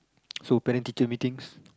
so parent teacher meetings